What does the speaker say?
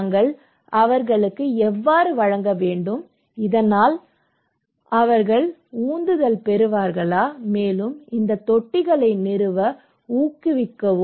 நாங்கள் அவர்களுக்கு எவ்வாறு வழங்க வேண்டும் இதனால் அவர்கள் உந்துதல் பெறுவார்கள் மேலும் இந்த தொட்டிகளை நிறுவ ஊக்குவிக்கவும்